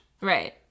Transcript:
Right